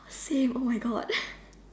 same oh my God